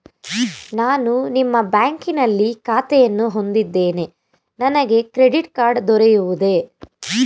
ನಾನು ನಿಮ್ಮ ಬ್ಯಾಂಕಿನಲ್ಲಿ ಖಾತೆಯನ್ನು ಹೊಂದಿದ್ದೇನೆ ನನಗೆ ಕ್ರೆಡಿಟ್ ಕಾರ್ಡ್ ದೊರೆಯುವುದೇ?